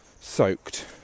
soaked